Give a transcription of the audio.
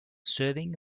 serving